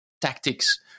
tactics